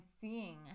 seeing